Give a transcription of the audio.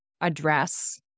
address